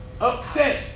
Upset